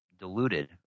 diluted